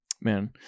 man